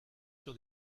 sur